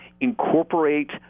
incorporate